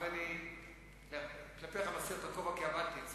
אז אני כלפיך מסיר את הכובע, כי עבדתי אצלך.